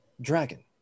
Dragon